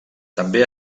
també